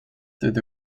through